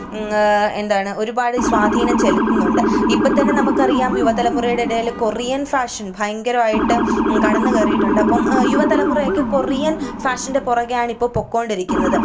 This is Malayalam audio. എന്താണ് ഒരുപാട് സ്വാധീനം ചെലുത്തുന്നുണ്ട് ഇപ്പം തന്നെ നമുക്കറിയാം യുവതലമുറയുടെ ഇടയിൽ കൊറിയൻ ഫാഷൻ ഭയങ്കരമായിട്ട് കടന്ന് കയറിയിട്ടുണ്ട് ഇപ്പം യുവ തലമുറയൊക്കെ കൊറിയൻ ഫാഷൻ്റെ പുറകെ ആണ് ഇപ്പം പൊയ്ക്കൊണ്ടിരിക്കുന്നത്